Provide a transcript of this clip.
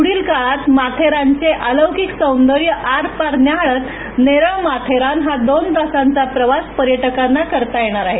पुढील काळात माथेरानचे अलौकीक सौदर्य आरपार न्याहळत नेरळ माथेरान हा दोन तासांचा प्रवास पर्यटकांना करता येणार आहे